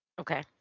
Okay